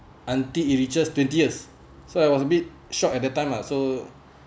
until it reaches twenty years so I was a bit shocked at that time lah so